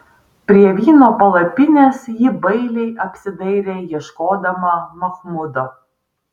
prie vyno palapinės ji bailiai apsidairė ieškodama machmudo